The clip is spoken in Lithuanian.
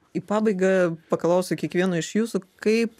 į pabaigą paklausiu kiekvieno iš jūsų kaip